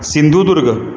Sindhudurg